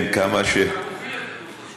אתה מוביל את החוק הזה.